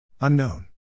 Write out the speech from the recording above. Unknown